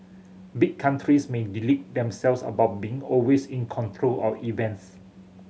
big countries may delude themselves about being always in control of events